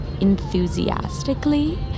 enthusiastically